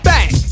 Back